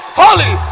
holy